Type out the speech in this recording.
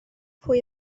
pwy